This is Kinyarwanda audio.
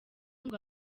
ngo